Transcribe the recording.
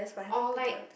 or like